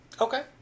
Okay